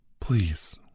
please